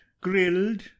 grilled